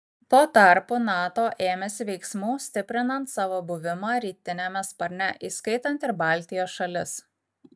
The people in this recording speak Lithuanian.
tuo tarpu nato ėmėsi veiksmų stiprinant savo buvimą rytiniame sparne įskaitant ir baltijos šalis